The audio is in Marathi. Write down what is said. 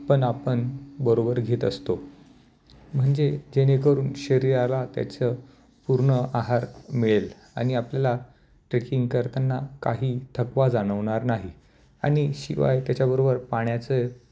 पण आपण बरोबर घेत असतो म्हणजे जेणेकरून शरीराला त्याचं पूर्ण आहार मिळेल आणि आपल्याला ट्रेकिंग करताना काही थकवा जाणवणार नाही आणि शिवाय त्याच्याबरोबर पाण्याचं